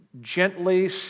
gently